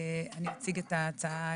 אציג את ההצעה.